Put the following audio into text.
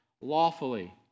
lawfully